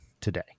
today